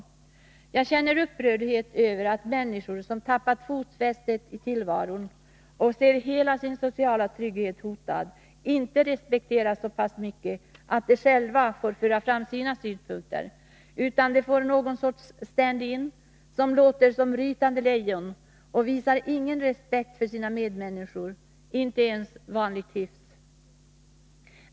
Det första skälet är att jag känner upprördhet över att människor som har tappat fotfästet i tillvaron och ser hela sin sociala trygghet hotad inte respekteras så pass mycket att de själva får föra fram sina synpunkter utan att de får någon sorts stand in som låter som rytande lejon och inte visar någon respekt för sina medmänniskor — inte ens vanlig hyfs.